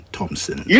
Thompson